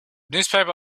newspaper